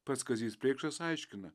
pats kazys preikšas aiškina